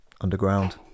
underground